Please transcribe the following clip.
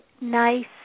nice